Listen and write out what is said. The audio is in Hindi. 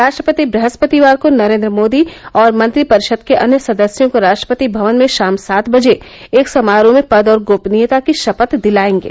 राष्ट्रपति ब्रहस्पतिवार को नरेन्द्र मोदी और मंत्रिपरिषद के अन्य सदस्यों को राष्ट्रपति भवन में शाम सात बजे एक समारोह में पद और गोपनीयता की शपथ दिलाएंगे